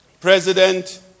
president